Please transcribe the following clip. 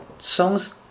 songs